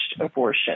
abortion